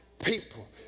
People